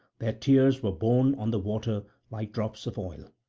their tears were borne on the water like drops of oil.